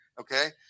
Okay